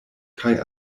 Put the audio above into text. kaj